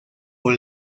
por